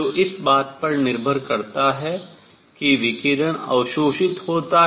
जो इस बात पर निर्भर करता है कि विकिरण अवशोषित हो जाता है